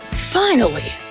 finally!